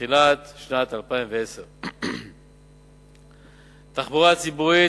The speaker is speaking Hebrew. בתחילת שנת 2010. תחבורה ציבורית,